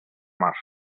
mar